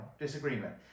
disagreement